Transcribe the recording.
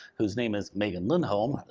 who's name is megan lindholm,